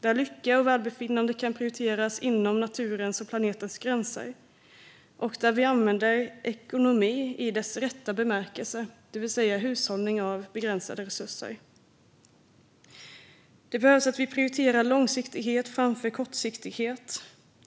Där kan lycka och välbefinnande prioriteras inom naturens och planetens gränser, och vi använder ekonomi i dess rätta bemärkelse, det vill säga hushållning av begränsade resurser. Det behövs att vi prioriterar långsiktighet framför kortsiktighet.